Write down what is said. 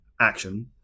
action